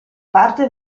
parte